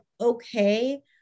okay